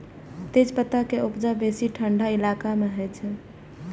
तेजपत्ता के उपजा बेसी ठंढा इलाका मे होइ छै